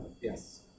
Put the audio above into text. Yes